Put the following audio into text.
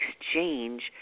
exchange